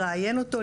ולראיין אותו,